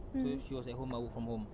so she was at home lah work from home